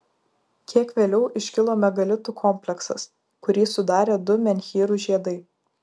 kiek vėliau iškilo megalitų kompleksas kurį sudarė du menhyrų žiedai